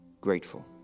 grateful